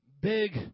big